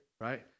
right